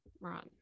Right